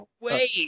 Wait